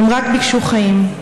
הן רק ביקשו חיים,